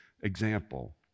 example